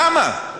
למה?